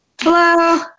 Hello